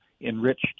enriched